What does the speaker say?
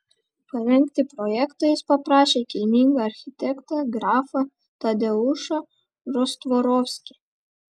parengti projektą jis paprašė kilmingą architektą grafą tadeušą rostvorovskį